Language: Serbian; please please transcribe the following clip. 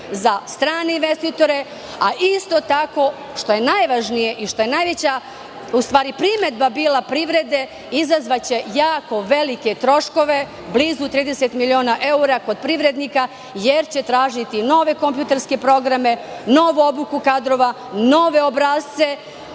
za strane investitore, a isto tako, što je najvažnije i što je najveća primedba bila privrede, izazvaće jako velike troškove, blizu 30 miliona evra kod privrednika jer će tražiti nove kompjuterske programe, novu obuku kadrova, nove obrasce,